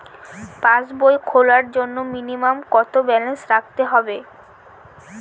পাসবই খোলার জন্য মিনিমাম কত ব্যালেন্স রাখতে হবে?